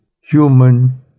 human